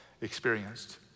experienced